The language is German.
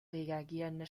reagierende